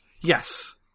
Yes